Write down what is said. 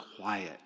quiet